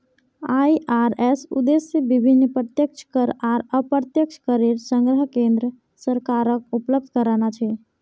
IRS उद्देश्य विभिन्न प्रत्यक्ष कर आर अप्रत्यक्ष करेर संग्रह केन्द्र सरकारक उपलब्ध कराना छे